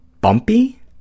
bumpy